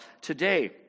today